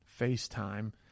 FaceTime